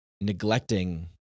neglecting